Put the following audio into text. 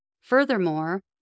Furthermore